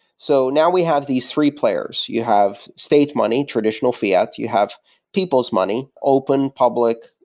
so now we have these three players. you have state money, traditional fiat. you have people's money. open, public,